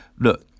look